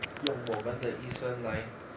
用我们的医生 leh